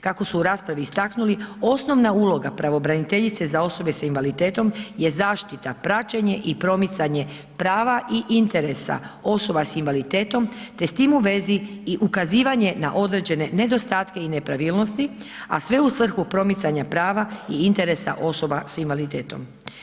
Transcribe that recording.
Kako su u raspravi istaknuli osnovna uloga pravobraniteljice za osobe s invaliditetom je zaštita, praćenje i promicanje prava i interesa osoba s invaliditetom te s tim u vezi i ukazivanje na određene nedostatke i nepravilnosti, a sve u svrhu promicanja prava i interesa osoba s invaliditetom.